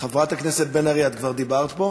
את כבר דיברת פה?